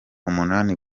umunani